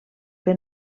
que